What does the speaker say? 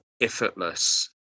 effortless